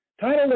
Title